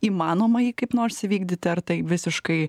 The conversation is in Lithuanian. įmanoma jį kaip nors įvykdyti ar tai visiškai